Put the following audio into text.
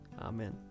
Amen